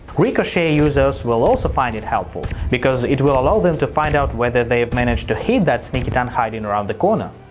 ricochet users will also find it helpful, because it will allow them to find out whether they've managed to hit that sneaky tank hiding around the corner.